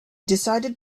decided